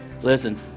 Listen